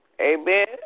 Amen